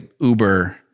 Uber